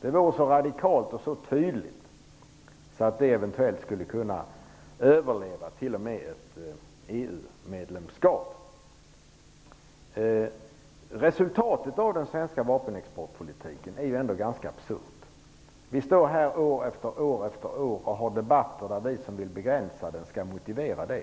Det vore så radikalt och så tydligt att det eventuellt skulle kunna överleva t.o.m. ett EU-medlemskap. Resultatet av den svenska vapenexportpolitiken är ändå ganska absurt. Vi står här år efter år och har debatter där vi som vill ha en begränsning skall motivera det.